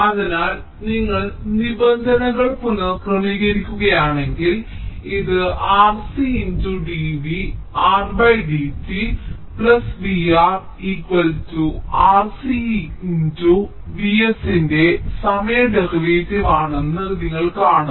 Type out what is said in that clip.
അതിനാൽ നിങ്ങൾ നിബന്ധനകൾ പുനഃക്രമീകരിക്കുകയാണെങ്കിൽ ഇത് R C×d v R d t V R R C × Vs ന്റെ സമയ ഡെറിവേറ്റീവ് ആണെന്ന് നിങ്ങൾ കാണും